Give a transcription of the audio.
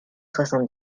soixante